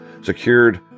secured